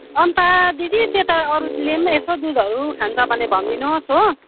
अन्त दिदी त्यो त अरूले पनि यसो दुधहरू खान्छ भने भनिदिनुहोस् हो